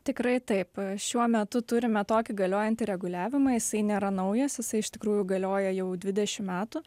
tikrai taip šiuo metu turime tokį galiojantį reguliavimą jisai nėra naujas jisai iš tikrųjų galioja jau dvidešimt metų